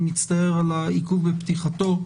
אני מצטער על העיכוב בפתיחתו,